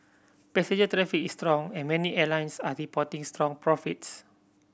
passenger traffic is strong and many airlines are reporting strong profits